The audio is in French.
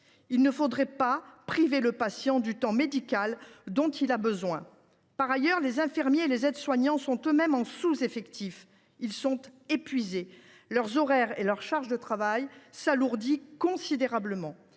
Il ne faudrait pas priver le patient du temps médical dont il a besoin. Par ailleurs, les infirmiers et les aides soignants sont, eux mêmes, en sous effectif. Ils sont épuisés. Leurs horaires et leur charge de travail s’alourdissent considérablement,